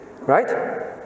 right